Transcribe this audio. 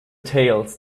tales